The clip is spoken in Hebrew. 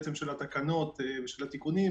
של התיקונים,